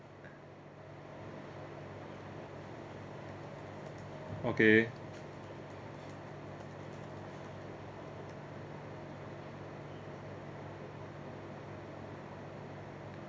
okay